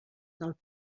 del